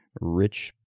Rich